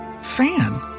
fan